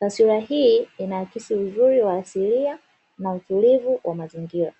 Taswira hii inaakisi uzuri wa asilia na utulivu wa mazingira.